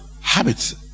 habits